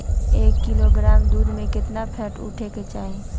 एक किलोग्राम दूध में केतना फैट उठे के चाही?